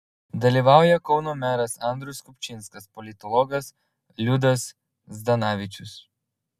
dalyvauja kauno meras andrius kupčinskas politologas liudas zdanavičius